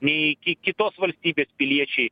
nei ki kitos valstybės piliečiai